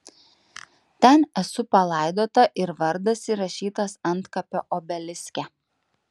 ten esu palaidota ir vardas įrašytas antkapio obeliske